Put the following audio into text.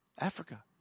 Africa